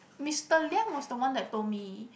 Mister Leong was the one that told me